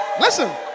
Listen